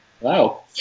Wow